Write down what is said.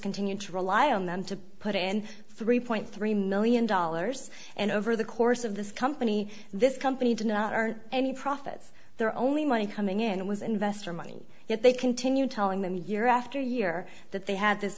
continue to rely on them to put in three point three million dollars and over the course of this company this company did not aren't any profits their only money coming in was investor money yet they continue telling them year after year that they had this